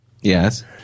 Yes